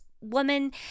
woman